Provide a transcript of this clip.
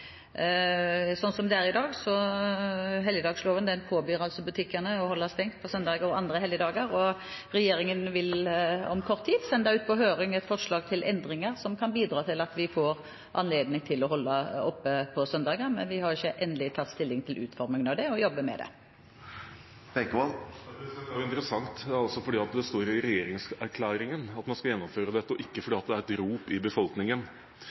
Sånn som det er i dag, påbyr helligdagsloven butikkene å holde stengt på søndager og andre helligdager. Regjeringen vil om kort tid sende ut på høring et forslag til endringer som kan bidra til at de får anledning til å holde oppe på søndager, men vi har ikke tatt endelig stilling til utformingen av det og jobber med det. Det er interessant at det er fordi det står i regjeringserklæringen, at man skal gjennomføre dette, og ikke fordi det er et rop i befolkningen.